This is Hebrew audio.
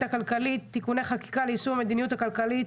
הכלכלית (תיקוני חקיקה ליישום המדיניות הכלכלית